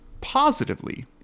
positively